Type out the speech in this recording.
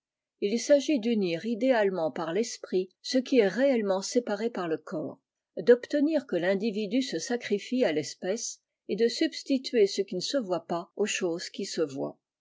il s'agit d'unir idéalement par l'esprit ce qui est réellement séparé par le corps d'obtenir que l'individu se sacrifie à l'espèce et de substituer ce qui ne se voit pas aux choses qui se voient